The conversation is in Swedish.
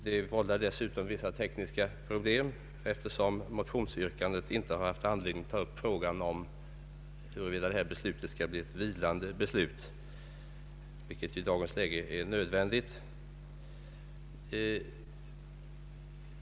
Det vållar dessutom vissa tekniska problem eftersom man i motionsyrkandet inte har haft anledning att ta upp frågan huruvida detta beslut skall bli ett vilande beslut, vilket i dagens läge är nödvändigt.